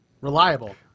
reliable